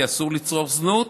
כי אסור לצרוך זנות.